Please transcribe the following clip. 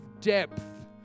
depth